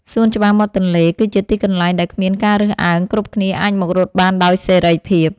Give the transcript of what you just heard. សួនច្បារមាត់ទន្លេគឺជាទីកន្លែងដែលគ្មានការរើសអើង គ្រប់គ្នាអាចមករត់បានដោយសេរីភាព។